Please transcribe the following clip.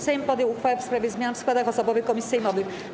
Sejm podjął uchwałę w sprawie zmian w składach osobowych komisji sejmowych.